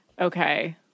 okay